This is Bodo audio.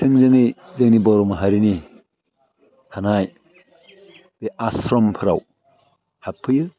थोंजोङै जोंनि बर' माहारिनि थानाय बे आश्रमफ्राव हाबफैयो